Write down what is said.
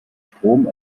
strom